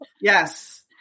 Yes